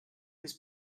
was